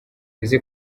ese